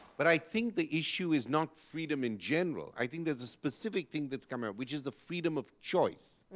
but i think the issue is not freedom in general. i think there's a specific thing that's come out which is the freedom of choice.